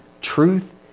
Truth